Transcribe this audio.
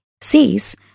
says